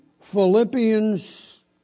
Philippians